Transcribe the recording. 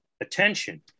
attention